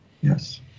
Yes